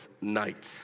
night